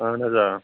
اہَن حظ آ